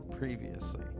previously